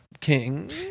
king